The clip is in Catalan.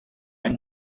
any